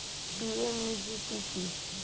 PMEGP কি?